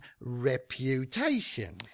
reputation